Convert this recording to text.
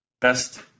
best